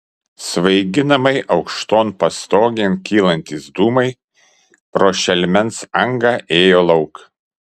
svaiginamai aukšton pastogėn kylantys dūmai pro šelmens angą ėjo lauk